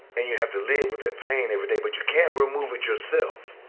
and you have to live with that pain every day but you can't remove it yourself.